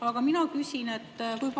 Aga mina küsin, kui